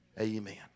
amen